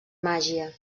màgia